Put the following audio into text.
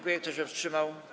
Kto się wstrzymał?